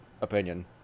opinion